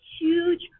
huge